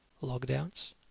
Lockdowns